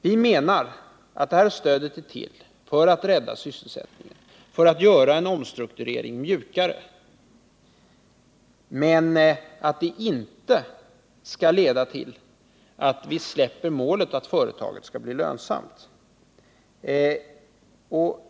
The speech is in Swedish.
Vi menar att det här stödet är till för att rädda sysselsättningen, för att göra en omstrukturering mjukare, men att det inte skall leda till att vi släpper målet ur sikte att företaget skall bli lönsamt.